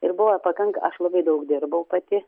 ir buvo pakanka aš labai daug dirbau pati